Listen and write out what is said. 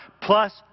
plus